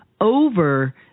over